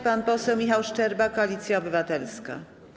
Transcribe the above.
Pan poseł Michał Szczerba, Koalicja Obywatelska.